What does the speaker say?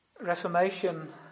Reformation